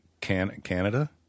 Canada